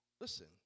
Listen